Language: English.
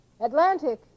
Atlantic